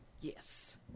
Yes